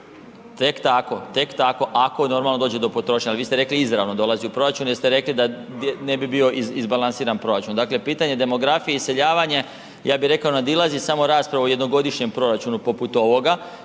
čuje./... tek tako, ako normalno dođe do potrošnje, ali vi ste rekli izravno dolazi u proračun jer ste rekli da ne bi bio izbalansiran proračun. Dakle, pitanje demografije i iseljavanje, ja bih rekao nadilazi samo raspravu o jednogodišnjem proračunu poput ovoga,